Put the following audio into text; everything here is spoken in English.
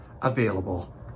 available